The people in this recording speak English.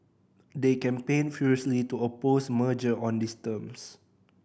they campaigned furiously to oppose merger on these terms